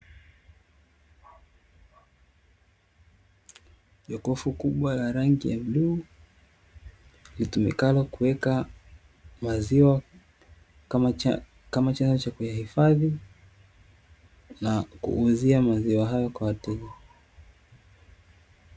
Jokofu kubwa la rangi ya bluu litumikalo kuweka maziwa, kama kama chanzo cha kuyahifadhi na kuuzia maziwa hayo kwa wateja.